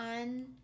on